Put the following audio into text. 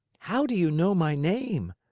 how do you know my name?